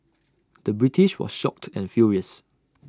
the British was shocked and furious